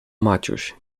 maciuś